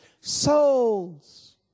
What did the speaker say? souls